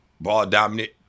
ball-dominant